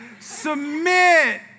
Submit